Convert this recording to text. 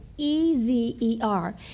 E-Z-E-R